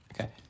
Okay